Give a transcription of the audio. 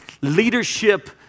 leadership